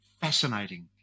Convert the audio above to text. fascinating